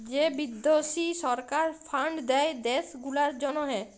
যে বিদ্যাশি সরকার ফাল্ড দেয় দ্যাশ গুলার জ্যনহে